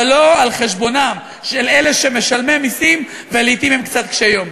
אבל לא על חשבונם של אלה שמשלמים מסים ולעתים הם קצת קשי יום.